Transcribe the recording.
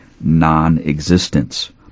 non-existence